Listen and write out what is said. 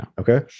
Okay